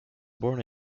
born